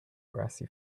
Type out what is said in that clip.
grassy